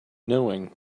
knowing